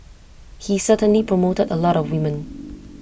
he certainly promoted A lot of women